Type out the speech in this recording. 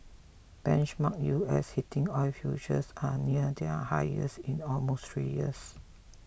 benchmark U S heating oil futures are near their highest in almost three years